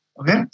Okay